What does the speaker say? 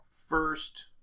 first